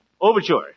Overture